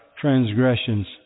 transgressions